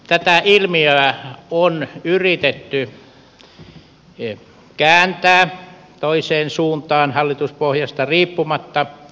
aivan oikein tätä ilmiötä on yritetty kääntää toiseen suuntaan hallituspohjasta riippumatta